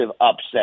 upset